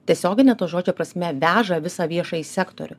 tiesiogine to žodžio prasme veža visą viešąjį sektorių